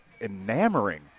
enamoring